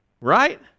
Right